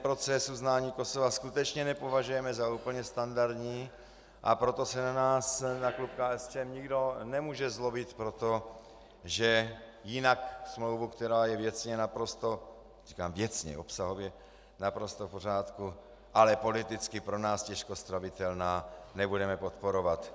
Proces uznání Kosova skutečně nepovažujeme za úplně standardní, a proto se na nás, na klub KSČM, nikdo nemůže zlobit proto, že jinak smlouvu, která je věcně naprosto, říkám věcně, obsahově naprosto v pořádku, ale politicky pro nás těžko stravitelná, nebudeme podporovat.